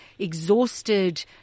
exhausted